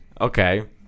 Okay